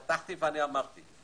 פתחתי ואמרתי,